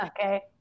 Okay